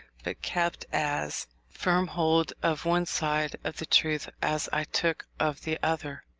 but kept as firm hold of one side of the truth as i took of the other.